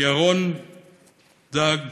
ירון ואג,